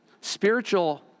spiritual